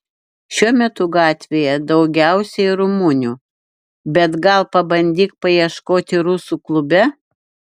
šiuo metu gatvėje daugiausiai rumunių bet gal pabandyk paieškoti rusų klube